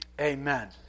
amen